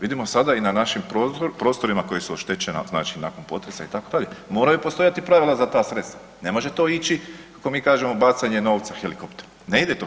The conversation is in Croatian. Vidimo sada i na našim prostorima koji su oštećena nakon potresa itd., moraju postojati pravila za ta sredstva, ne može to ići kako mi kažemo bacanje novaca helikopter, ne ide to tako.